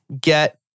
get